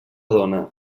dona